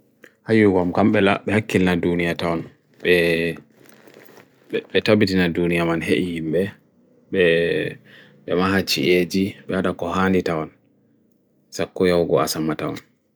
Hayu wam kambela, biha kina dunia tawn, biha tabiti na dunia man hei imbe, biha maha chi eji, biha dha kohani tawn, sakuya ugwa asama tawn.